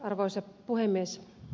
arvoisa puhemies